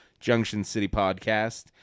JunctionCityPodcast